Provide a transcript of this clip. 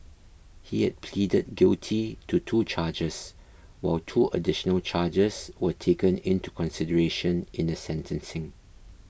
he had pleaded guilty to two charges while two additional charges were taken into consideration in the sentencing